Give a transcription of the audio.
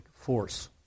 force